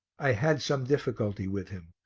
i had some difficulty with him,